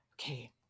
Okay